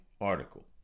article